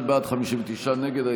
51 בעד, 59 נגד.